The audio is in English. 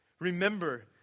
Remember